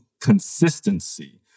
consistency